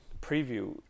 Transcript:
preview